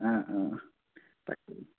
অঁ অঁ তাকেই